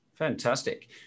Fantastic